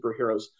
superheroes